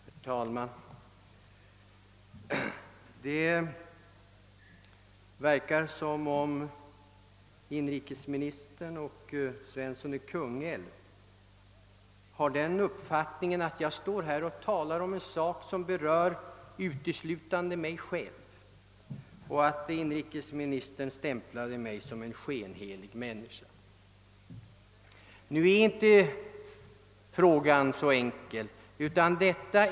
Herr talman! Det verkar som om inrikesministern och herr Svensson i Kungälv har den uppfattningen att jag talar om en sak som berör uteslutande mig själv, och inrikesministern ville visst stämpla mig som en skenhelig människa. Men frågan är inte så enkel.